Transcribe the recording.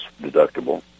deductible